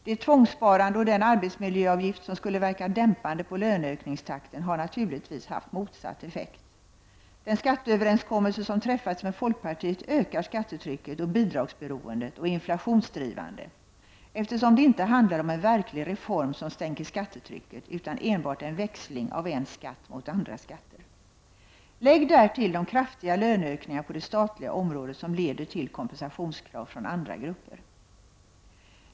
Det tvångssparande och den arbetsmiljöavgift som skulle verka dämpande på löneökningstakten har naturligtvis haft motsatt effekt. Den skatteöverenskommelse som träffats med folkpartiet ökar skattetrycket och bidragsberoendet och är inflationsdrivande, eftersom det inte handlar om en verklig reform som sänker skattetrycket utan enbart en växling av en skatt mot andra skatter. Lägg därtill de kraftiga löneökningarna på det statliga området, som leder till kompensationskrav från andra grupper.